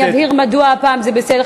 אני אבהיר מדוע הפעם זה בסדר,